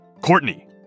Courtney